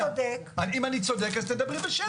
אתה צודק --- אם אני צודק אז תדברי בשקט,